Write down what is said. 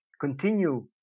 continue